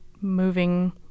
moving